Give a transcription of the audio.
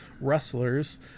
wrestlers